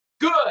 Good